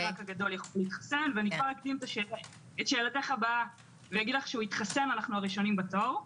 הגדול, הוא יתחסן אנחנו הראשונים בתור.